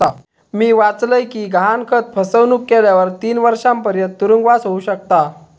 मी वाचलय कि गहाणखत फसवणुक केल्यावर तीस वर्षांपर्यंत तुरुंगवास होउ शकता